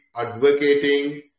advocating